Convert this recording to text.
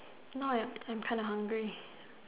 now I am I am Trena hungry